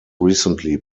recently